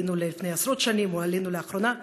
עלינו לפני עשרות שנים או עלינו לאחרונה.